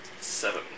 Seven